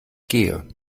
gehe